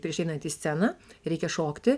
prieš einant į sceną reikia šokti